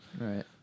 right